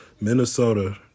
Minnesota